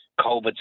COVID